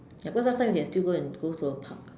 ya because last time we can still go and go to a park